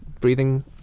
breathing